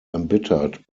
embittered